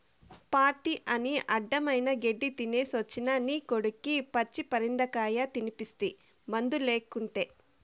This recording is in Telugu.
పార్టీ అని అడ్డమైన గెడ్డీ తినేసొచ్చిన నీ కొడుక్కి పచ్చి పరిందకాయ తినిపిస్తీ మందులేకుటే